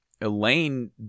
elaine